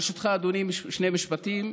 ברשותך, אדוני, שני משפטים.